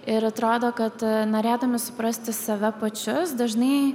ir atrodo kad norėdami suprasti save pačius dažnai